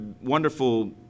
wonderful